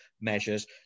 measures